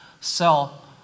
sell